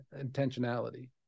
intentionality